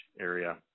area